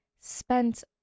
spent